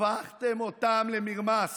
הפכתם אותם למרמס.